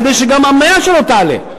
כדי שגם המניה שלו תעלה.